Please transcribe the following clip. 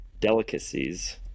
delicacies